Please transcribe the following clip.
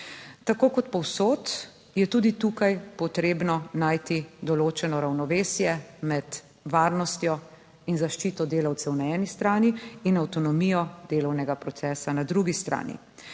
Tako kot povsod je tudi tukaj potrebno najti določeno ravnovesje med varnostjo in zaščito delavcev na eni strani in avtonomijo delovnega procesa na drugi strani.